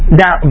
now